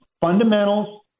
fundamentals